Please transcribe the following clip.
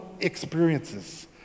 experiences